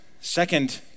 Second